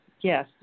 yes